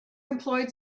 employed